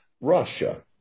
Russia